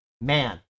man